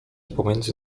pomiędzy